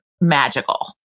magical